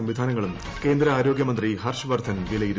സംവിധാനങ്ങളും കേന്ദ്ര ആരോഗ്യമന്ത്രി ഹർഷ്വർദ്ധൻ വിലയിരുത്തി